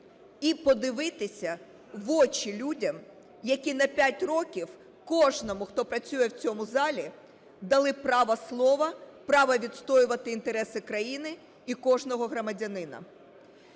і подивитися в очі людям, які на 5 років кожному, хто працює в цьому залі, дали право слова, право відстоювати інтереси країни і кожного громадянина.